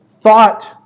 thought